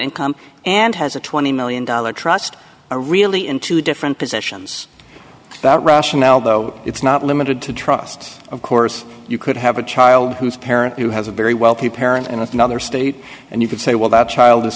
income and has a twenty million dollar trust a really in two different positions that rationale though it's not limited to trust of course you could have a child who's parent who has a very wealthy parent and it's another state and you could say well that child is